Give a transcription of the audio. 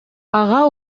ага